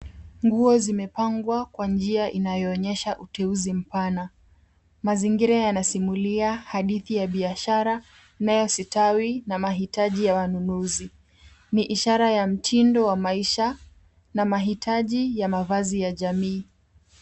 Nguo zimepangwa kwa njia inayoonyesha uteuzi mpana. Mazingiria yanasimulia hadithi ya biashara inayostawi na mahitaji ya wanunuzi. Ni ishara ya mtindo wa maisha na mahitaji ya mavazi ya jamii.